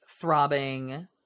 throbbing